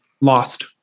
lost